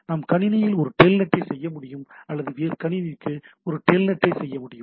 நான் கணினியில் ஒரு டெல்நெட்டை செய்ய முடியும் அல்லது வேறு கணினிக்கு ஒரு டெல்நெட்டை செய்ய முடியும்